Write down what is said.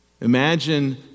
Imagine